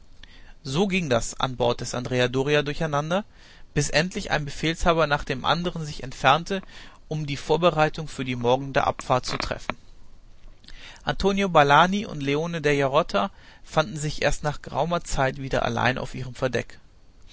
so ging das an bord des andrea doria durcheinander bis endlich ein befehlshaber nach dem andern sich entfernte um die vorbereitungen für die morgende abfahrt zu treffen antonio valani und leone della rota fanden sich erst nach geraumer zeit wieder allein auf ihrem verdeck